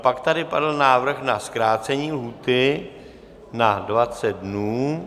Pak tady padl návrh na zkrácení lhůty na 20 dnů.